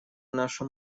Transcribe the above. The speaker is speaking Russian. нашу